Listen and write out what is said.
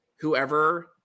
whoever